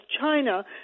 China